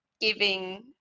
giving